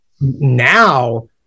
Now